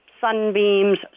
sunbeams